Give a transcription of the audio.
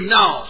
now